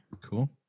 Cool